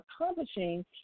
accomplishing